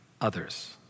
others